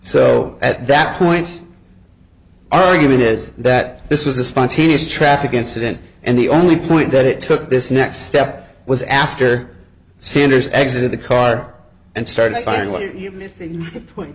so at that point arguing is that this was a spontaneous traffic incident and the only point that it took this next step was after sanders exited the car and started firing what are you missing the point